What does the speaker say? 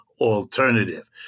alternative